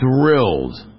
thrilled